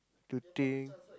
to think